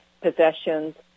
possessions